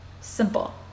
Simple